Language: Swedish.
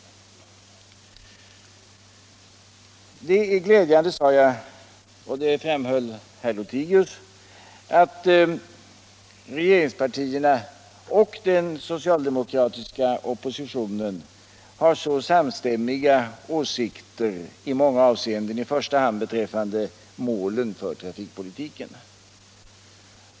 Det är glädjande, sade jag —- och det framhöll också herr Lothigius — att regeringspartierna och den socialdemokratiska oppositionen har så samstämmiga åsikter i många avseenden, i första hand beträffande målen för trafikpolitiken.